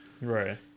Right